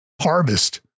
harvest